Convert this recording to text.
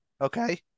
Okay